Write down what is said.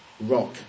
rock